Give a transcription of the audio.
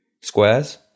squares